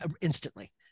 instantly